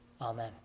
Amen